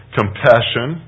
compassion